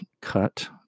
cut